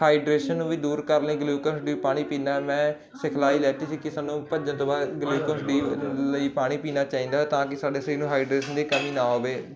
hydration ਵੀ ਦੂਰ ਕਰਨ ਲਈ ਗੁਲੂਕੋਨ ਡੀ ਪਾਣੀ ਪੀਨਾ ਮੈਂ ਸਿਖਲਾਈ ਲੈਤੀ ਸੀ ਕੀ ਸਾਨੂੰ ਭੱਜਣ ਤੋਂ ਬਾਅਦ ਗਲੂਕੋਨ ਡੀ ਪਾਣੀ ਪੀਣਾ ਚਾਹੀਦਾ ਤਾਂ ਕਿ ਸਾਡੇ ਸਰੀਰ ਨੂੰ ਹਾਈਡਰੋਜਨ ਦੀ ਕਮੀ ਨਾ ਹੋਵੇ